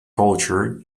culture